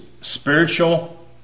spiritual